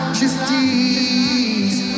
justice